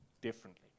differently